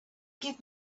give